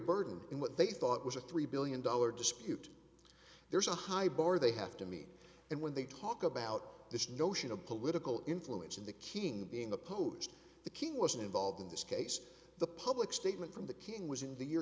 burden in what they thought was a three billion dollar dispute there's a high bar they have to meet and when they talk about this notion of political influence in the king being opposed the king wasn't involved in this case the public statement from the king was in the year